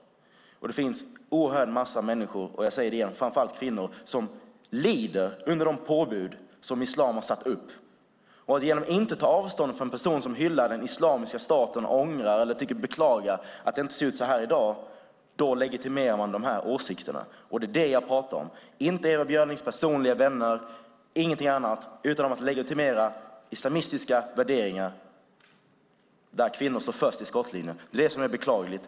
Det finns en oerhörd massa människor, framför allt kvinnor - jag säger det igen - som lider under de påbud som islam har satt upp. Genom att inte ta avstånd från en person som hyllar den islamiska staten och beklagar att det inte ser ut så här i dag legitimerar man de åsikterna. Det är det jag pratar om, inte om Ewa Björlings personliga vänner, inte om något annat, utan om att legitimera islamistiska värderingar där kvinnor står först i skottlinjen. Det är det som är beklagligt.